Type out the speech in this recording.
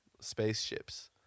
spaceships